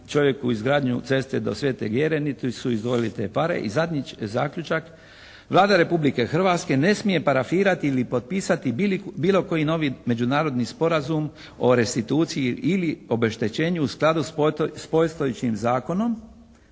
čovjeku izgradnju ceste do Svete Gere niti su izdvojili te pare. I zadnji zaključak. "Vlada Republike Hrvatske ne smije parafirati ili potpisati bilo koji novi međunarodni sporazum o restituciji ili obeštećenju u skladu s postojećim zakonom